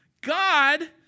God